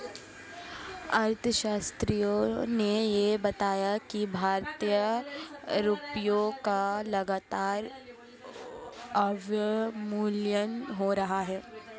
अर्थशास्त्रियों ने यह बताया कि भारतीय रुपयों का लगातार अवमूल्यन हो रहा है